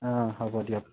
অঁ হ'ব দিয়ক